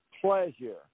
pleasure